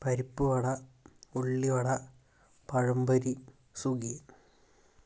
പരിപ്പുവട ullivada pazhampori sukhiyan